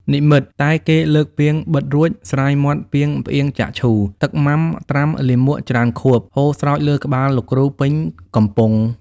និមិត្ត តែគេលើកពាងបិទរួច ស្រាយមាត់ពាងផ្អៀងចាក់ឈូ "ទឹកម៉ាំត្រាំលាមកច្រើនខួប" ហូរស្រោចលើក្បាលលោកគ្រូពេញកំពុង។